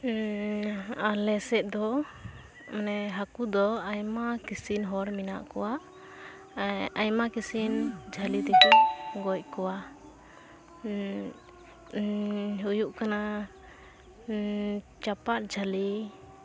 ᱟᱞᱮ ᱥᱮᱫ ᱫᱚ ᱢᱟᱱᱮ ᱦᱟᱹᱠᱩ ᱫᱚ ᱟᱭᱢᱟ ᱠᱤᱥᱤᱱ ᱦᱚᱲ ᱢᱮᱱᱟᱜ ᱠᱚᱣᱟ ᱟᱭᱢᱟ ᱠᱤᱥᱤᱱ ᱡᱷᱟᱹᱞᱤ ᱛᱮᱠᱚ ᱜᱚᱡ ᱠᱚᱣᱟ ᱦᱩᱭᱩᱜ ᱠᱟᱱᱟ ᱪᱟᱯᱟᱫ ᱡᱷᱟᱹᱞᱤ